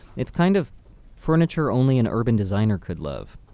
it's kind of furniture only an urban designer could love.